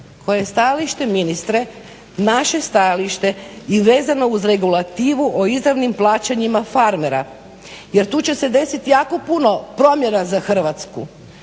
koje je stajalište ministre, naše stajalište i vezano uz regulativu o izravnim plaćanjima farmera. Jer tu će se desiti jako puno promjena za Hrvatsku.